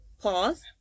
pause